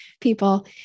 people